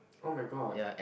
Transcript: [oh]-my-god